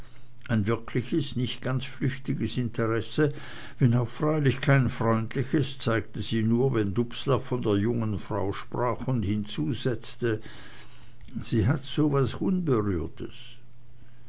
ein wirkliches nicht ganz flüchtiges interesse wenn auch freilich kein freundliches zeigte sie nur wenn dubslav von der jungen frau sprach und hinzusetzte sie hat so was unberührtes